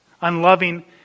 Unloving